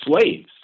slaves